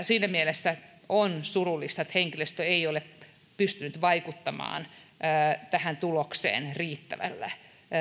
siinä mielessä on surullista että henkilöstö ei ole pystynyt vaikuttamaan tähän tulokseen riittävällä